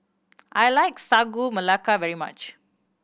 I like Sagu Melaka very much